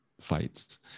fights